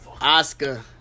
Oscar